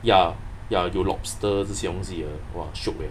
ya ya 有 lobster 这些东西的 !wah! shiok eh